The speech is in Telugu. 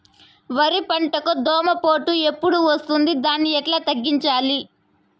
వరి పంటకు దోమపోటు ఎప్పుడు వస్తుంది దాన్ని ఎట్లా తగ్గించాలి?